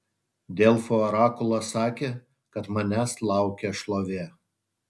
delfų orakulas sakė kad manęs laukia šlovė